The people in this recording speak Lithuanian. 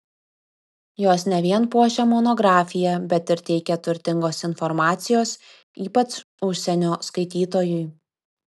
jos ne vien puošia monografiją bet ir teikia turtingos informacijos ypač užsienio skaitytojui